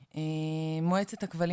התייחסות משרד התרבות